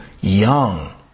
young